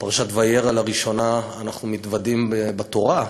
בפרשת וירא אנחנו מתוודעים לראשונה בתורה,